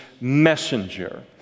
messenger